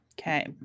Okay